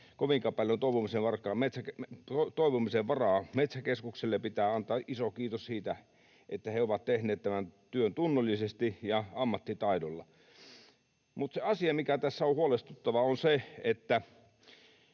kovinkaan paljon toivomisen varaa. Metsäkeskukselle pitää antaa iso kiitos siitä, että he ovat tehneet tämän työn tunnollisesti ja ammattitaidolla. Mutta se asia, mikä tässä on huolestuttava, on se, että